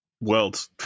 world